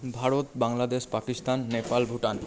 Bharat Bangladesh Pakistan Nepal Bhutan